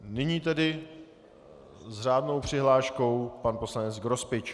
Nyní s řádnou přihláškou pan poslanec Grospič.